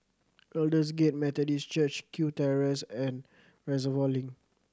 Aldersgate Methodist Church Kew Terrace and Reservoir Link